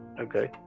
okay